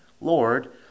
Lord